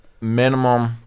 minimum